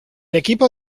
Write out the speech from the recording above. equipo